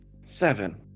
Seven